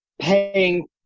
paying